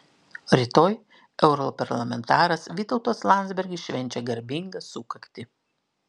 rytoj europarlamentaras vytautas landsbergis švenčia garbingą sukaktį